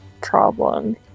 problem